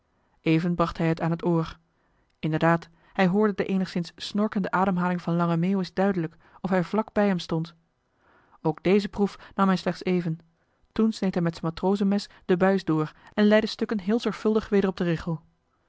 bracht hij het aan het oor inderdaad hij hoorde de eenigszins snorkende ademhaling van joh h been paddeltje de scheepsjongen van michiel de ruijter lange meeuwis duidelijk of hij vlak bij hem stond ook deze proef nam hij slechts even toen sneed hij met zijn matrozenmes de buis door en lei de stukken heel zorgvuldig weder op de richel